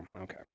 okay